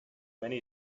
many